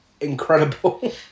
incredible